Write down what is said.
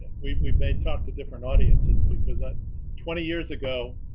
we we may talk to different audiences because ah twenty years ago.